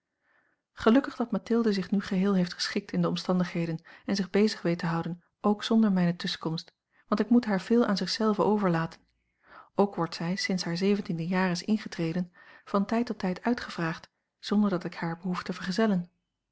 gelukkig dat mathilde zich nu geheel heeft geschikt in de omstandigheden en zich bezig weet te houden ook zonder mijne tusschenkomst want ik moet haar veel aan zich zelven overlaten ook wordt zij sinds zij haar zeventiende jaar is ingetreden van tijd tot tijd uitgevraagd zonder dat ik haar behoef te vergezellen